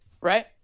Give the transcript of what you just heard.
right